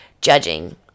judging